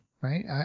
right